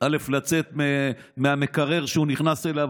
לצאת מהמקרר שהוא נכנס אליו,